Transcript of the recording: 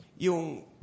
Yung